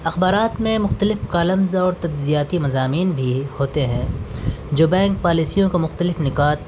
اخبارات میں مختلف کالمز اور تجزیاتی مضامین بھی ہوتے ہیں جو بینک پالیسیوں کو مختلف نکات